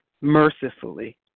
mercifully